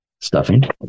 stuffing